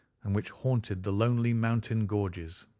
and which haunted the lonely mountain gorges.